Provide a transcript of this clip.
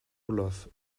olaf